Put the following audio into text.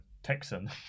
texan